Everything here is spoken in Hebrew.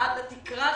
עד לתקרה שלו.